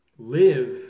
Live